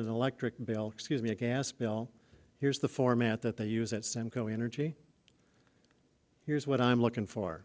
an electric bill excuse me a gas bill here's the format that they use at sam go energy here's what i'm looking for